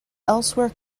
elsewhere